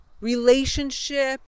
relationship